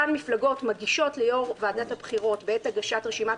אותן מפלגות מגישות ליו"ר ועדת הבחירות בעת הגשת רשימת